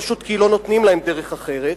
פשוט כי לא נותנים להם דרך אחרת.